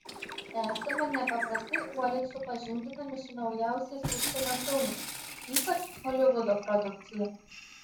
esame neprastai uoliai supažindinami su naujausiais užsienio filmais ypač holivudo produkcija